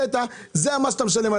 זה המס שאתה משלם,